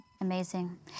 Amazing